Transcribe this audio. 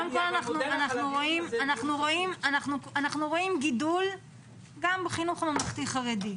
אנחנו רואים גידול גם בחינוך הממלכתי-חרדי.